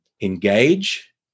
engage